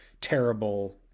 terrible